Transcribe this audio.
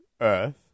Earth